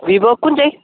Vivo कुन चाहिँ